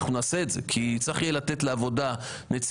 אנחנו נעשה את זה כי צריך יהיה לתת לעבודה נציגות